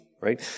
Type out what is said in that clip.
right